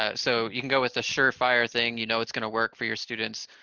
ah so you can go with the surefire thing, you know what's going to work for your students,